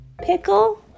pickle